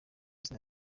izina